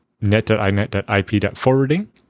net.inet.ip.forwarding